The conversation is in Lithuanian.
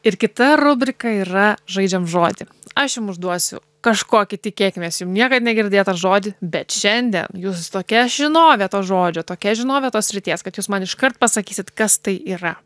ir kita rubrika yra žaidžiam žodį aš jum užduosiu kažkokį tikėkimės jum niekad negirdėtą žodį bet šiandien jūs tokia žinovė to žodžio tokia žinovė tos srities kad jūs man iškart pasakysit kas tai yra